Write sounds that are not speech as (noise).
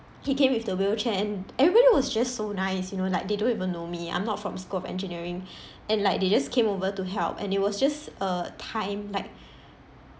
he came with the wheelchair and everybody was just so nice you know like they don't even know me I'm not from school of engineering (breath) and like they just came over to help and it was just uh time like